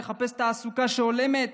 לחפש תעסוקה שהולמת